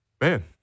Man